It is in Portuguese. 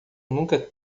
nunca